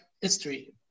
history